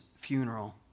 funeral